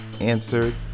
answered